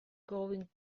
going